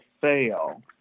fail